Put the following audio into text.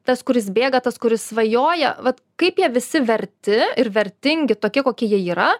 tas kuris bėga tas kuris svajoja vat kaip jie visi verti ir vertingi tokie kokie jie yra